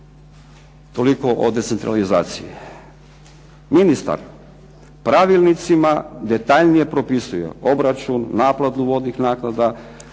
Toliko o decentralizaciji. Ministar pravilnicima detaljnije propisuje obračun, naplatu vodnih naknada,